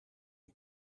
een